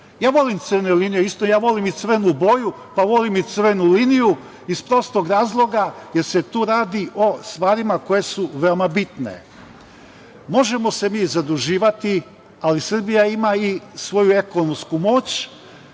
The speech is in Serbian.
Ja volim crvenu liniju isto, ja volim i crvenu boju, pa volim i crvenu liniju iz prostog razloga jer se tu radi o stvarima koje su veoma bitne. Možemo se mi zaduživati, ali Srbija ima i svoju ekonomsku moć.